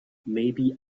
maybe